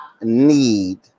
need